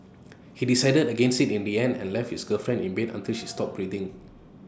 he decided against IT in the end and left his girlfriend in bed until she stopped breathing